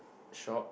shop